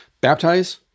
baptize